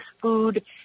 food